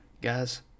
Guys